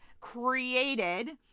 created